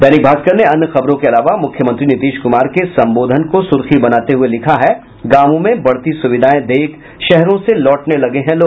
दैनिक भास्कर ने अन्य खबरों के अलावा मुख्यमंत्री नीतीश कुमार के संबोधन को सुर्खी बनाते हुए लिखा है गांवों में बढ़ती सुविधाए देख शहरों से लौटने लगे हैं लोग